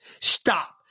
Stop